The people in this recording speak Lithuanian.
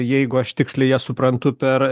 jeigu aš tiksliai jas suprantu per